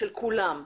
של כולם.